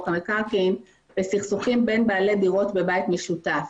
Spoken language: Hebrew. המקרקעין בסכסוכים בין בעלי דירות בבית משותף.